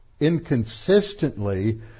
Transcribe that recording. inconsistently